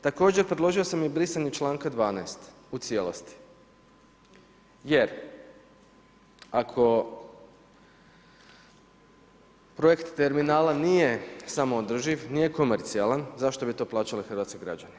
Također, predložio sam i brisanje čl. 12. u cijelosti jer ako projekt terminala nije samoodrživ, nije komercijalan, zašto bi to plaćali hrvatski građani.